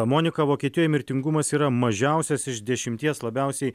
monika vokietijoj mirtingumas yra mažiausias iš dešimties labiausiai